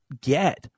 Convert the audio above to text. get